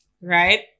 right